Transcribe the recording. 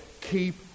keep